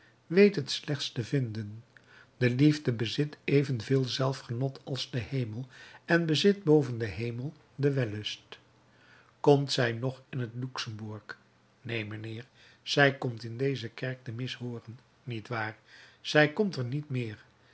weet het slechts te vinden de liefde bezit evenveel zelfgenot als de hemel en bezit boven den hemel den wellust komt zij nog in het luxembourg neen mijnheer zij komt in deze kerk de mis hooren niet waar zij komt er niet meer